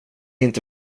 inte